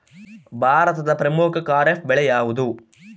ಭಾರತದ ಪ್ರಮುಖ ಖಾರೇಫ್ ಬೆಳೆ ಯಾವುದು?